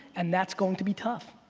and that's going to be tough.